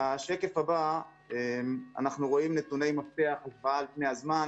בשקף הבא אנחנו רואים נתוני מפתח --- על פני הזמן,